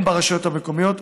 הן ברשויות המקומיות,